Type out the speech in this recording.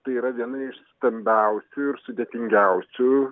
tai yra viena iš stambiausių ir sudėtingiausių